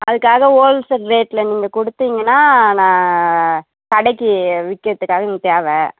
அதுக்காக wholesale ரேட்டில் நீங்கள் கொடுத்தீங்கன்னால் நான் கடைக்கு விற்கிறதுக்காக இங்கே தேவை